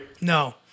No